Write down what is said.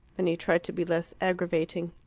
then he tried to be less aggravating.